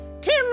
Tim